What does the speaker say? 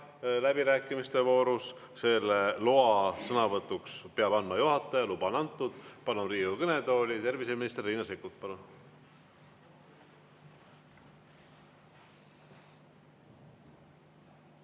läbirääkimiste voorus. Selle loa sõnavõtuks peab andma juhataja. Luba on antud. Palun Riigikogu kõnetooli, terviseminister Riina Sikkut!